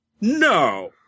no